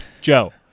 Joe